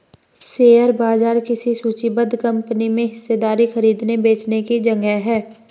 share बाजार किसी सूचीबद्ध कंपनी में हिस्सेदारी खरीदने बेचने की जगह है